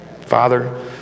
Father